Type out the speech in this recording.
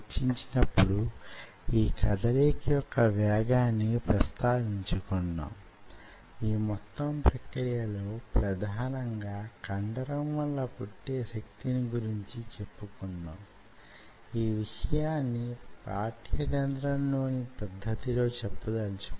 cantilever పైన myotube ని రూపొందించే గొప్ప గాథలో కండరాల కణాలు పోషించే పాత్ర దానికి సంబంధించిన ప్రక్రియ ఈ సందర్భంలో వొక పద్ధతిగా లెక్కించవచ్చు